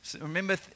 Remember